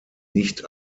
nicht